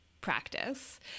practice